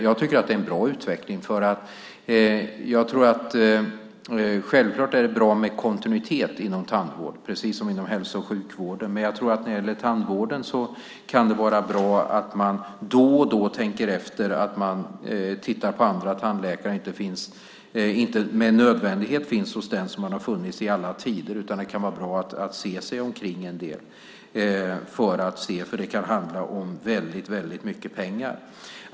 Jag tycker att det är en bra utveckling. Självklart är det bra med kontinuitet inom tandvården, precis som inom hälso och sjukvården, men jag tror att det när det gäller tandvården kan vara bra att då och då tänka efter, titta på andra tandläkare och inte med nödvändighet gå till den som man har gått till under alla tider. Det kan vara bra att se sig omkring en del, för det kan handla om väldigt mycket pengar.